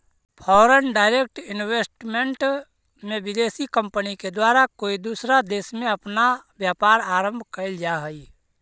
foreign direct investment में विदेशी company के द्वारा कोई दूसरा देश में अपना व्यापार आरंभ कईल जा हई